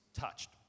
touched